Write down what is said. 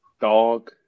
Dog